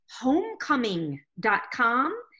homecoming.com